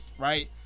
right